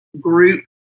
group